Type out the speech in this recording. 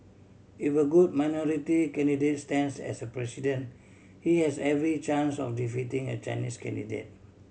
if a good minority candidate stands as President he has every chance of defeating a Chinese candidate